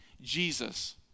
Jesus